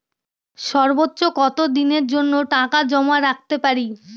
সর্বোচ্চ কত দিনের জন্য টাকা জমা রাখতে পারি?